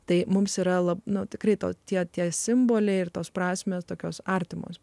tai mums yra lapnoti krito tie tie simboliai ir tos prasmę tokios artimos